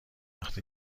وقتی